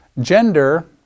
Gender